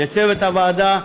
לצוות הוועדה,